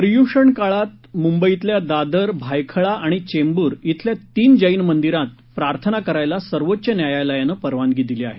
पर्यूषण काळात मुंबईतल्या दादर भायखळा आणि चेंबूर शिल्या तीन जैन मंदिरात प्रार्थना करायला सर्वोच्च न्यायालयानं परवानगी दिली आहे